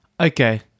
okay